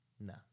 No